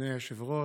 אדוני היושב-ראש,